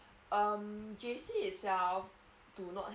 um J_C itself do not